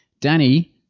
Danny